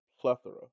plethora